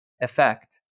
effect